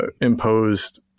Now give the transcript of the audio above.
imposed